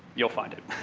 you'll find it.